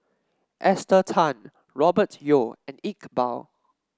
Esther Tan Robert Yeo and Iqbal